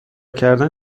کردن